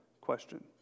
question